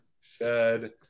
shed